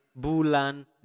bulan